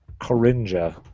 Coringa